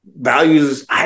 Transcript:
values